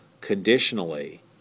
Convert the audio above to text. conditionally